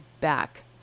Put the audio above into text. back